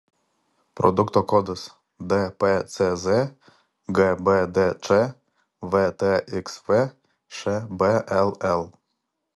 produkto kodas dpcz gbdč vtxv šbll